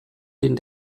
den